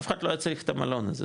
אף אחד לא היה צריך את המלון הזה,